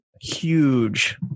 huge